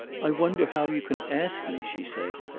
i wonder how you can ask me, she said.